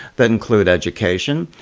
that include education,